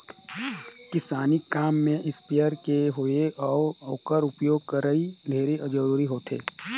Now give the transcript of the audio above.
किसानी काम में इस्पेयर कर होवई अउ ओकर उपियोग करई ढेरे जरूरी होथे